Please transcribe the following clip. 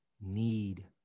need